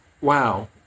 Wow